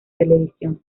televisión